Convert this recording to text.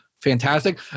fantastic